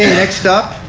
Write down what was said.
next up